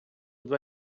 два